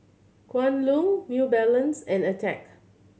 Kwan Loong New Balance and Attack